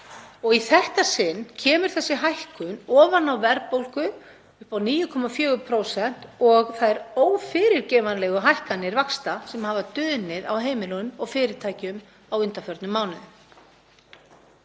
og í þetta sinn kemur þessi hækkun ofan á verðbólgu upp á 9,4% og þær ófyrirgefanlegu hækkanir vaxta sem hafa dunið á heimilum og fyrirtækjum á undanförnum mánuðum.